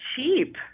cheap